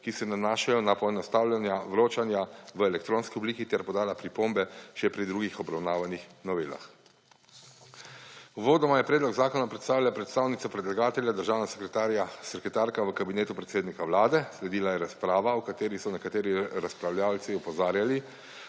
ki se nanašajo na poenostavljanje vročanja v elektronski obliki ter podala pripombe še pri drugih obravnavanih novelah. Uvodoma je predlog zakona predstavila predstavnica predlagatelja državna sekretarka v Kabinetu predsednika Vlade. Sledila je razprava, v kateri so nekateri razpravljavci opozarjali,